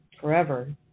forever